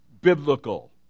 biblical